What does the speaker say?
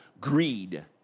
greed